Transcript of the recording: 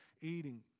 eating